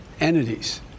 entities